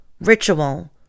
ritual